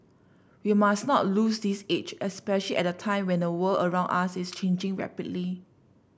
we must not lose this edge especially at a time when the world around us is changing rapidly